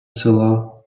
села